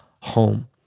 home